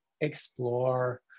explore